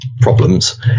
problems